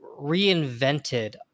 reinvented